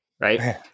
Right